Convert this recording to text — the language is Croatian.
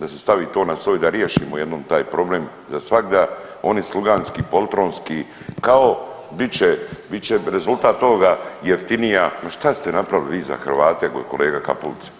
da se stavi to na stol i da riješimo jednom taj problem zasvagda, oni sluganski, poltronski, kao bit će, bit će, rezultat toga jeftinija, ma šta ste napravili vi za Hrvate, kolega Kapulica?